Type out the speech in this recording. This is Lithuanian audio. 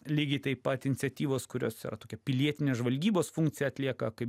lygiai taip pat iniciatyvos kurios tokią pilietinę žvalgybos funkciją atlieka kaip